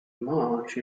march